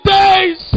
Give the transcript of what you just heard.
days